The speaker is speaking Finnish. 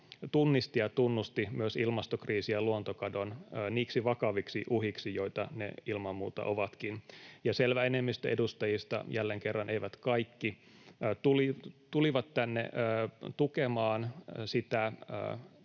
tunnisti ja tunnusti myös ilmastokriisin ja luontokadon niiksi vakaviksi uhiksi, joita ne ilman muuta ovatkin. Ja selvä enemmistö edustajista, jälleen kerran eivät kaikki, tuli tänne tukemaan sitä